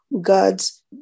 God's